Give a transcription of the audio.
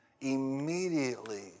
Immediately